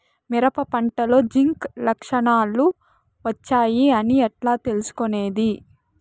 మిరప పంటలో జింక్ లక్షణాలు వచ్చాయి అని ఎట్లా తెలుసుకొనేది?